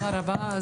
תודה רבה.